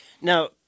Now –